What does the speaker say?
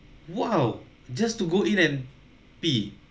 !wow! just to go in and pee